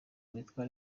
witwa